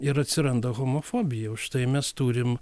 ir atsiranda homofobija užtai mes turim